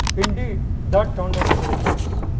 indeed that turned out to be the case.